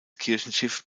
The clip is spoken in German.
kirchenschiff